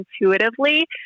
intuitively